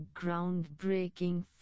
groundbreaking